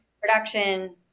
production